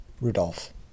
Rudolph